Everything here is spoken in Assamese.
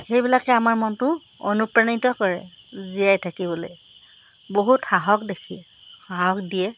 সেইবিলাকে আমাৰ মনটো অনুপ্ৰাণিত কৰে জীয়াই থাকিবলৈ বহুত সাহস দেখি সাহস দিয়ে